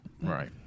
Right